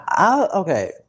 okay